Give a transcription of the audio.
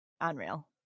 unreal